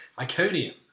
Iconium